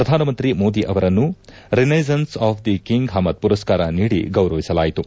ಪ್ರಧಾನಮಂತ್ರಿ ಮೋದಿ ಅವರನ್ನು renaissance of the king Hamad ಪುರಸ್ಕಾರ ನೀಡಿ ಗೌರವಿಸಲಾಯಿತು